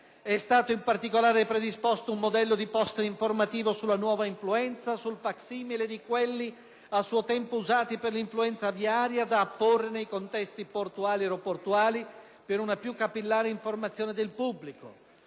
È stato in particolare predisposto un modello di *poster* informativo sulla "nuova influenza", sul facsimile di quelli a suo tempo usati per l'influenza aviaria, da esporre nei contesti portuali ed aeroportuali per una più capillare informazione del pubblico.